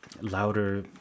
Louder